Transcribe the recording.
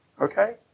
Okay